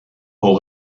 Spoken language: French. aux